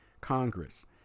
Congress